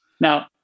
Now